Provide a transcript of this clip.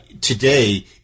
today